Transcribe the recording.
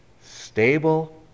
stable